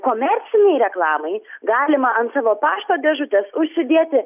komercinei reklamai galima ant savo pašto dėžutės užsidėti